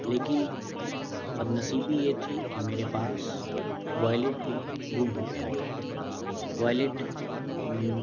لیکن بدنصیبی یہ تھی کہ میرے پاس وائلیٹ بھی گم ہو گیا تھا وائلیٹ